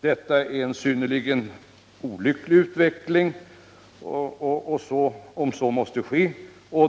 Det är synnerligen olyckligt om så måste ske.